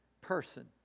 Person